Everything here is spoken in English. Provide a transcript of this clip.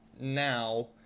now